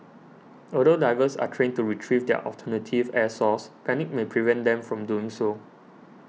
although divers are trained to retrieve their alternative air source panic may prevent them from doing so